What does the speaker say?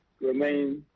remain